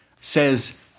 says